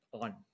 on